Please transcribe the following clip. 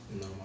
No